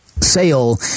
sale